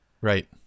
right